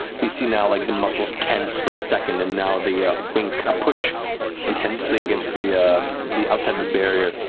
you see now, like the muscles tense for a second, and now the wings kind of push intensely against the ah the outside of the barrier.